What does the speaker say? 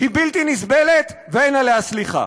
היא בלתי נסבלת ואין עליה סליחה.